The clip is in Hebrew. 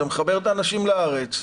זה מחבר את האנשים לארץ,